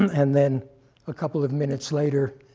and then a couple of minutes later,